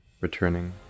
returning